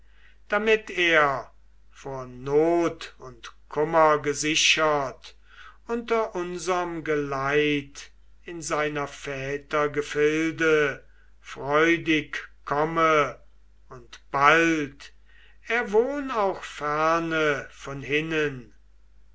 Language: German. damit er vor not und kummer gesichert unter unserm geleit in seiner väter gefilde freudig komme und bald er wohn auch ferne von hinnen